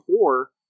four